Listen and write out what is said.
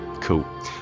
Cool